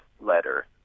letter